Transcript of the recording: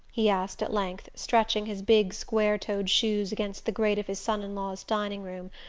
he asked at length, stretching his big square-toed shoes against the grate of his son-in-law's dining-room,